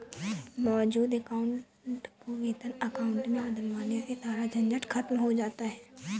मौजूद अकाउंट को वेतन अकाउंट में बदलवाने से सारा झंझट खत्म हो जाता है